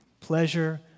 pleasure